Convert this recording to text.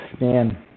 man